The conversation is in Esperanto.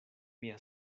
mia